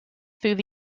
through